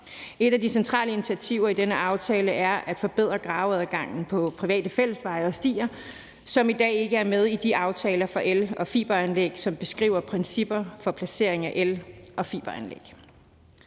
Et af de centrale initiativer i denne aftale er at forbedre graveadgangen på private fællesveje og stier, som i dag ikke er med i de aftaler for el- og fiberanlæg, som beskriver principperne for placering af el- og fiberanlæg.